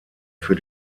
für